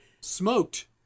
smoked